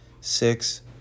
six